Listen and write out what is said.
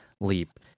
leap